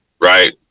right